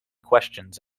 questions